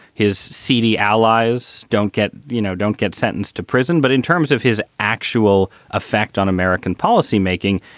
his seedy allies don't get, you know, don't get sentenced to prison. but in terms of his actual effect on american policymaking,